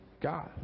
God